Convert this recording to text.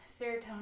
serotonin